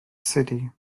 city